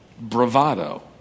bravado